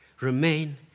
remain